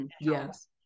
Yes